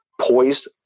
poised